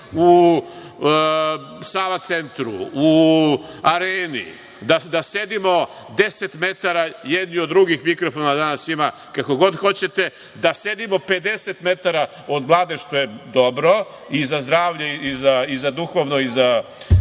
u Sava Centru, u Areni, da sedimo 10 metara jedni od drugih, mikrofona danas ima koliko god hoćete, da sedimo 50 metara od Vlade što je dobro i za zdravlje, duhovno i